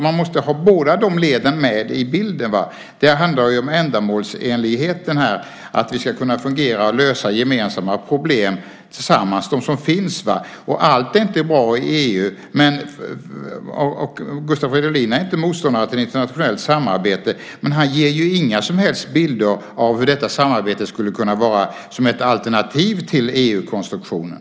Man måste ha båda de leden med i bilden. Det handlar om ändamålsenligheten, det vill säga att vi ska fungera och lösa gemensamma problem tillsammans. Allt är inte bra i EU. Gustav Fridolin är inte motståndare till internationellt samarbete, men han ger inga som helst bilder av hur detta samarbete skulle kunna vara som ett alternativ till EU-konstruktionen.